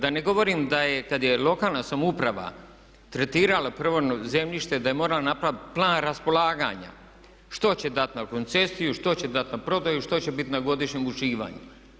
Da ne govorim da je kad je lokalna samouprava tretirala prvo zemljište da je morala napraviti plan raspolaganja što će dat na koncesiju, što će dat na prodaju, što će bit na godišnjem uživanju.